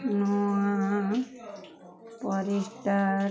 ନୂଆ ପରି ଷ୍ଟାର୍ଟ